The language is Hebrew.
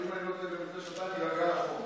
הוא הוציא את זה גם לפני שנתיים וגם לפני שלוש שנים.